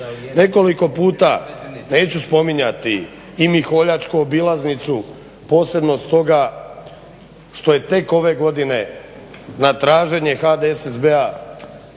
Nekoliko puta, neću spominjati i MIholjačku obilaznicu posebno stoga što je tek ove godine na traženje HDSSB-a